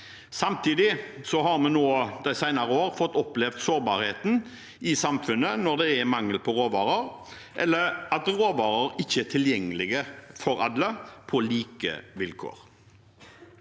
Samtidig har vi de senere årene fått oppleve sårbarheten i samfunnet når det er mangel på råvarer, eller at råvarer ikke er tilgjengelig for alle på like vilkår.